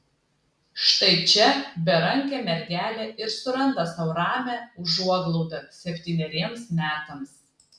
štai čia berankė mergelė ir suranda sau ramią užuoglaudą septyneriems metams